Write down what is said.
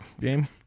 game